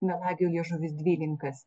melagio liežuvis dvilinkas